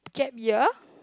gap year